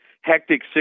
hectic